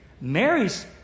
Mary's